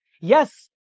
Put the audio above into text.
yes